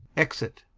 exit